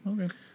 okay